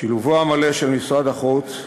שילובו המלא של משרד החוץ,